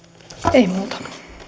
ei muuta